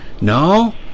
No